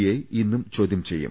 I ഇന്നും ചോദ്യം ചെയ്യും